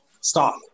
stop